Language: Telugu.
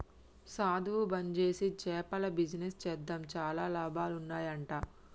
సధువు బంజేసి చేపల బిజినెస్ చేద్దాం చాలా లాభాలు ఉన్నాయ్ అంట